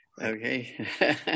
Okay